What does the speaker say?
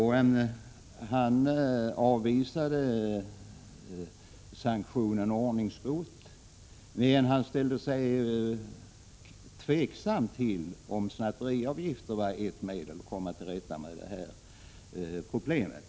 Han avvisade sanktionen ordningsbot. Vidare ställde han sig tveksam till om snatteriavgiften var ett medel att komma till rätta med problemet.